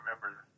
remember